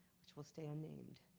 which will stay unnamed.